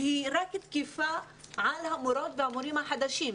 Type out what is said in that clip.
שהיא רק תקפה על המורות והמורים החדשים.